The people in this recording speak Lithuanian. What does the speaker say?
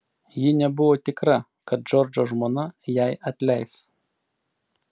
ji nebuvo tikra kad džordžo žmona jai atleis